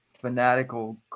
fanatical